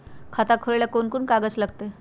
खाता खोले ले कौन कौन कागज लगतै?